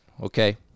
okay